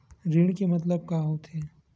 ऋण के मतलब का होथे?